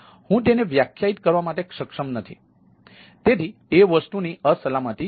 હું તેને વ્યાખ્યાયિત કરવા માટે સક્ષમ નથી તેથી તે વસ્તુની અસલામતી છે